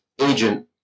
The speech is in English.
agent